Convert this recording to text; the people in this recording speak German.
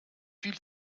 viel